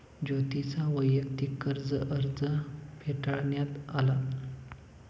ज्योतीचा वैयक्तिक कर्ज अर्ज फेटाळण्यात आला